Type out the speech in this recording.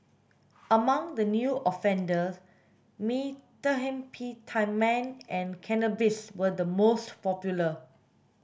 among the new offender methamphetamine and cannabis were the most popular